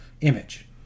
image